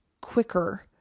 quicker